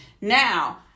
now